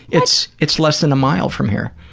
it's it's less than a mile from here.